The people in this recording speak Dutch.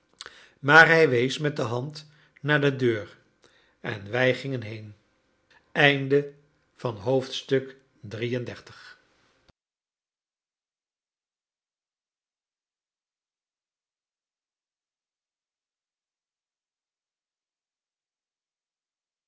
maar hij wees met de hand naar de deur en wij gingen heen